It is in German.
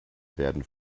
werden